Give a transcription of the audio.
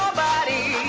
body.